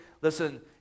listen